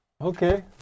Okay